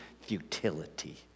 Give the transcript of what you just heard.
futility